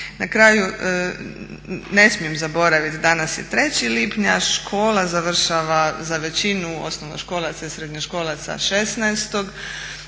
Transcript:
Na kraju ne smijem zaboraviti, danas je 3.lipnja, škola završava za većinu osnovnoškolaca i srednjoškolaca 16.